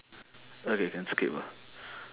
okay can skip ah